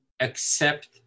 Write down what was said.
accept